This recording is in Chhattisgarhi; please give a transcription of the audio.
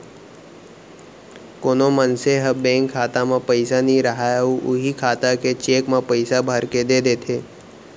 कोनो मनसे ह बेंक खाता म पइसा नइ राहय अउ उहीं खाता के चेक म पइसा भरके दे देथे